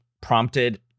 prompted